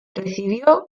recibió